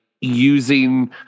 using